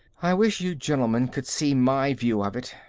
i wish you gentlemen could see my view of it,